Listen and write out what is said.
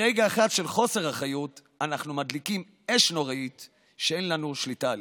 ברגע אחד של חוסר אחריות אנחנו מדליקים אש נוראית שאין לנו שליטה עליה.